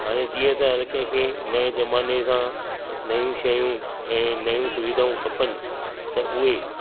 हाणे जीअं त हर कंहिंखें नए ज़माने सां नयूं शयूं ऐं नयूं सुविधाऊं खपनि त उहे